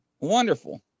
wonderful